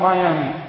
Miami